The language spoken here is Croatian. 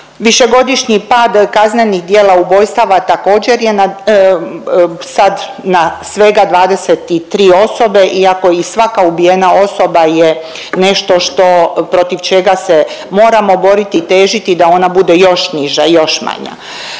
Višegodišnji pad kaznenih djela ubojstava također je sad na svega 23 osobe iako i svaka ubijena osoba je nešto što protiv čega se moramo boriti i težiti da ona bude još niža i još manja.